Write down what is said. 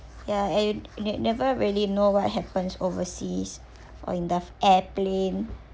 yeah and you ne~ never really know what happens overseas or in the airplane